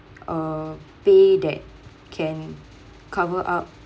uh pay that can cover up